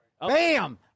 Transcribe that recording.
Bam